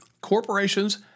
Corporations